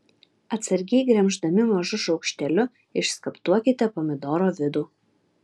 atsargiai gremždami mažu šaukšteliu išskaptuokite pomidoro vidų